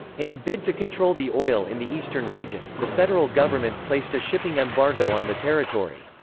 in a bid to control the oil in the eastern region, the federal government placed a shipping embargo on the territory.